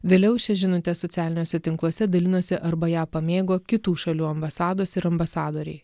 vėliau šia žinute socialiniuose tinkluose dalinosi arba ją pamėgo kitų šalių ambasados ir ambasadoriai